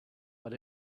but